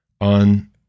on